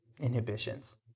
inhibitions